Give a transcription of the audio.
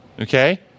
Okay